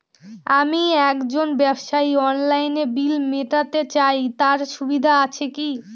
আমি একজন ব্যবসায়ী অনলাইনে বিল মিটাতে চাই তার সুবিধা আছে কি?